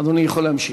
אדוני יכול להמשיך.